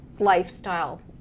lifestyle